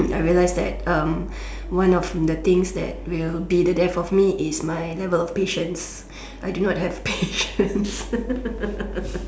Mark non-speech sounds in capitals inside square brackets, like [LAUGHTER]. I realised that um one of things that will be the death of me is my level of patience I do not have patience [LAUGHS]